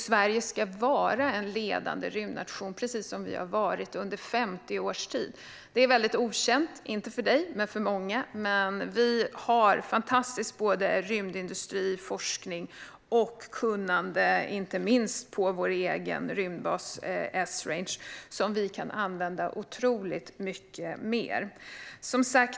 Sverige ska vara en ledande rymdnation, precis som vi har varit under 50 års tid. Detta är väldigt okänt - inte för dig, Mathias Sundin, men för många - men vi har en fantastisk rymdindustri och forskning och ett fantastiskt kunnande, inte minst på vår egen rymdbas Esrange, som vi kan använda otroligt mycket mer.